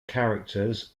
characters